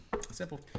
Simple